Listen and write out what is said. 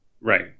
right